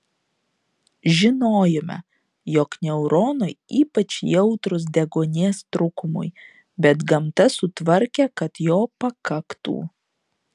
žinojome jog neuronai ypač jautrūs deguonies trūkumui bet gamta sutvarkė kad jo pakaktų